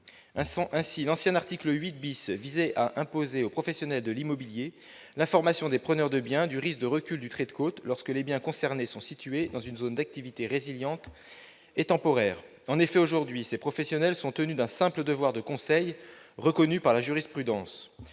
L'ancien article 8 visait à imposer aux professionnels de l'immobilier d'informer les preneurs de biens du risque de recul du trait de côte lorsque les biens concernés sont situés dans une zone d'activité résiliente et temporaire. Ces professionnels sont aujourd'hui tenus d'un simple devoir de conseil, reconnu par la jurisprudence.